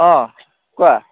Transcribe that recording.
অঁ কোৱা